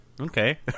Okay